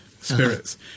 spirits